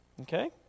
Okay